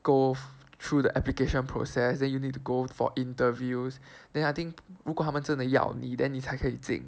go through the application process then you need to go for interviews then I think 如果他们真的要你 then 你才可以进